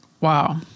Wow